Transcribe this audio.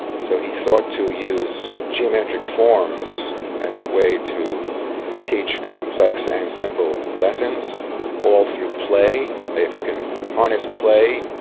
so he thought to use geometric forms as a way to teach complex and simple lessons all through play. if you can harness play,